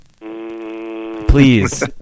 Please